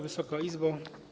Wysoka Izbo!